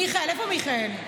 מיכאל, איפה מיכאל?